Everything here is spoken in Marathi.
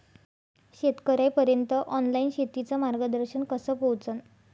शेतकर्याइपर्यंत ऑनलाईन शेतीचं मार्गदर्शन कस पोहोचन?